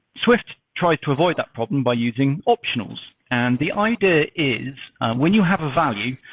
swift tries to avoid that problem by using optionals. and the idea is when you have a value,